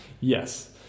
Yes